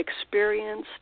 experienced